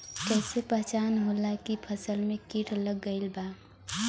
कैसे पहचान होला की फसल में कीट लग गईल बा?